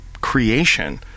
creation